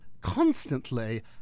constantly